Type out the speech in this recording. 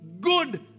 good